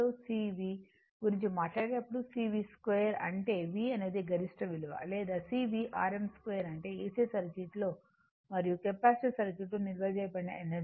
C V గురించి మాట్లాడేటప్పుడు C V 2 అంటే V అనేది గరిష్ట విలువ లేదా C Vrms 2 అంటే AC సర్క్యూట్లో మరియు కెపాసిటివ్ సర్క్యూట్ లో నిల్వ చేయబడిన ఎనర్జీ